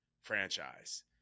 franchise